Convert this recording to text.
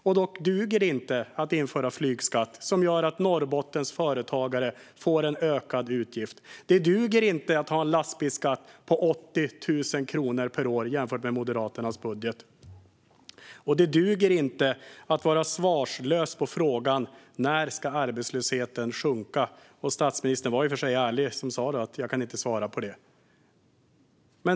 Då duger det inte att införa flygskatt som gör att Norrbottens företagare får ökade utgifter. Det duger inte att ha en lastbilsskatt på 80 000 kronor mer per år jämfört med Moderaternas budget. Det duger inte att vara svarslös på frågan: När ska arbetslösheten sjunka? Statsministern var i och för sig ärlig som sa att han inte kunde svara på det.